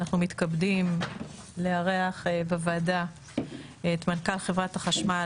אנחנו מתכבדים לארח בוועדה את מנכ"ל חברת החשמל,